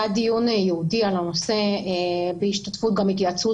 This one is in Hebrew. היה דיון ייעודי על הנושא בהשתתפות וגם התייעצות